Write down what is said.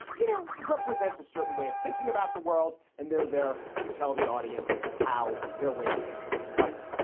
you know, represent a certain way of thinking about the world, and they're there to tell the audience how their way of thinking is right.